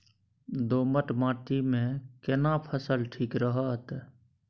दोमट माटी मे केना फसल ठीक रहत?